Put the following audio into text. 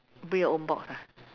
bring your own box ah